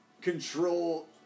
control